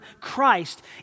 Christ